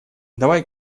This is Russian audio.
давай